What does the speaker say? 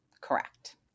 Correct